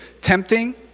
tempting